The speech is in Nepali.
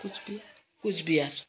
कुच बिहार